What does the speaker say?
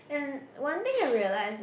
and one thing I realised is